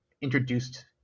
introduced